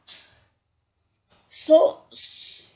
so